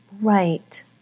Right